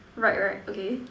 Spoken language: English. right right okay